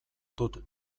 dut